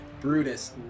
Brutus